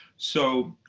so